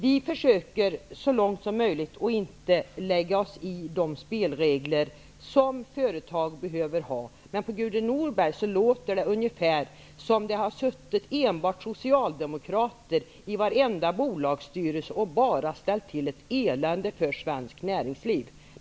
Vi försöker så långt möjligt att inte lägga oss i de spelregler som behövs för företagen. Men på Gudrun Norberg låter det ungefär som att det har suttit enbart socialdemokrater i varenda bolagsstyrelse och ställt till elände för svenskt näringsliv.